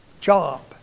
job